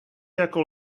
jako